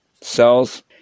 cells